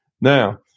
Now